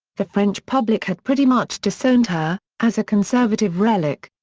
the french public had pretty much disowned her, as a conservative relic.